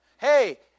Hey